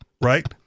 right